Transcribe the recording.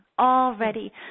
already